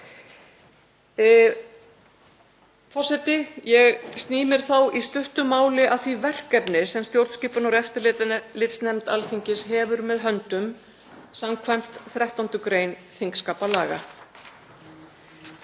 Forseti. Ég sný mér þá í stuttu máli að því verkefni sem stjórnskipunar- og eftirlitsnefnd Alþingis hefur með höndum, skv. 13. gr. þingskapalaga.